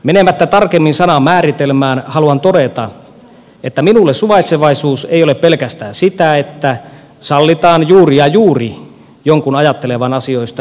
menemättä tarkemmin sanan määritelmään haluan todeta että minulle suvaitsevaisuus ei ole pelkästään sitä että juuri ja juuri sallitaan jonkun ajattelevan asioista eri tavalla